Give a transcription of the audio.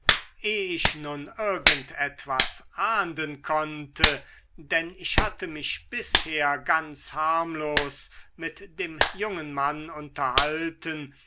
ich nun irgend etwas ahnden konnte denn ich hatte mich bisher ganz harmlos mit dem jungen mann unterhalten